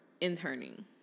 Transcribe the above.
interning